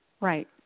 Right